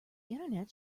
internet